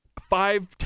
five